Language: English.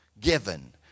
given